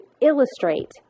illustrate